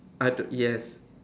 other yes